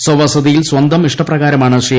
സ്വവസതിയിൽ സ്വന്തം ഇഷ്ടപ്രകാരമാണ് ശ്രീ